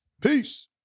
Peace